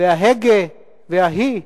וההגה וההי,